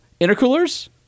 intercoolers